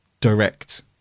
direct